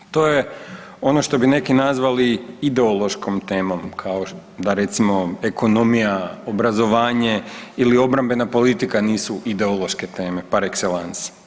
To je ono što bi neki nazvali ideološkom temom kao da recimo ekonomija, obrazovanje ili obrambena politika nisu ideološke teme paar excellance.